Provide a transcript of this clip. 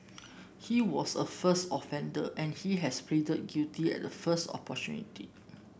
he was a first offender and he has pleaded guilty at the first opportunity